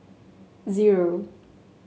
zero